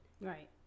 Right